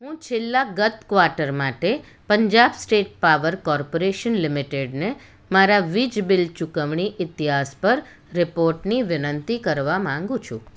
હું છેલ્લા ગત ક્વાર્ટર માટે પંજાબ સ્ટેટ પાવર કોર્પોરેશન લિમિટેડને મારા વીજ બિલ ચુકવણી ઇતિહાસ પર રિપોર્ટની વિનંતી કરવા માગું છું